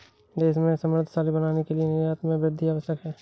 देश को समृद्धशाली बनाने के लिए निर्यात में वृद्धि आवश्यक है